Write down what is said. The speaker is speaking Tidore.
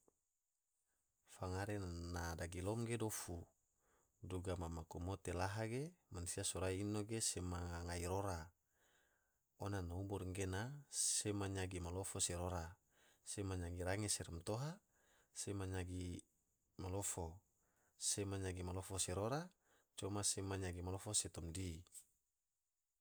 Fangare na dagilom ge dofu, duga ma maku mote laha ge mansia sorai ino ge sema ngai rora, ona na umur gena sema yagi ma lofo se rora, sema yagi range se matoha, sema nyagi malofo, sema nyagi malofo se rora, coma sema nyagi malofo se tumdi.